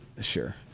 Sure